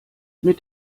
mit